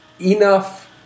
enough